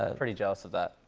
ah pretty jealous of that.